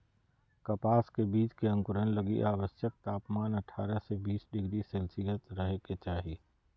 कपास के बीज के अंकुरण लगी आवश्यक तापमान अठारह से बीस डिग्री सेल्शियस रहे के चाही